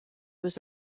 was